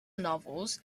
novels